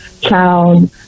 child